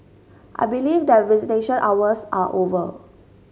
I believe that visitation hours are over